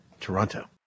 Toronto